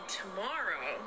tomorrow